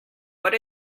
what